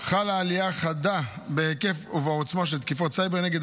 חלה עלייה חדה בהיקף ובעוצמה של תקיפות סייבר נגד